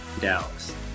Dallas